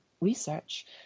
research